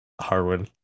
Harwin